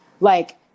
like-